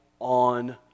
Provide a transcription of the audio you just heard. on